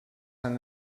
han